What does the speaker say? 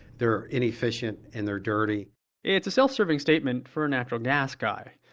they're inefficient and they're dirty it's a self-serving statement for a natural gas guy.